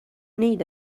need